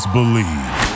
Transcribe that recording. Believe